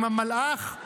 עם המלאך,